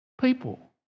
people